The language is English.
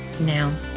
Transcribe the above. now